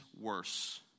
worse